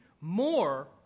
more